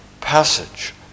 passage